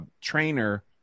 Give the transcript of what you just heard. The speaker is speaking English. trainer